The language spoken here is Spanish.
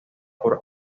por